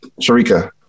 Sharika